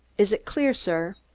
is it clear, sir?